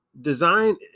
design